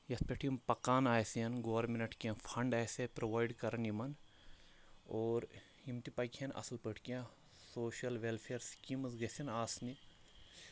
یَتھ پٮ۪ٹھ یِم پَکان آسن گورمٮ۪نَٹ کیٚنٛہہ فنٛڈ آسہِ ہا پرٛووایِڈ کَران یِمَن اور یِم تہِ پَکہِ ہن اَصٕل پٲٹھۍ کیٚنٛہہ سوشَل وٮ۪لفِیَر سِکیٖمٕز گژھن آسنہِ